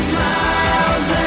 miles